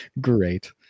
great